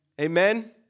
Amen